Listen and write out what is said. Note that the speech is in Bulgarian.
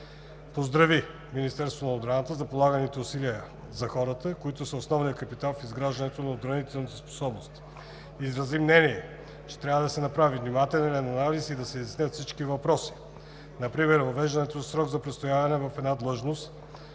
Поздрави Министерството на отбраната за полаганите усилия за хората, които са основният капитал в изграждането на отбранителните способности. Изрази мнение, че трябва да се направи внимателен анализ и да се изяснят всички въпроси. Например въвеждането на срок за престояване на една длъжност